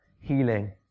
healing